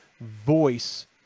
voice